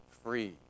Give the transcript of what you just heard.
free